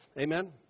Amen